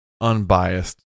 unbiased